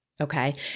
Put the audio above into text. Okay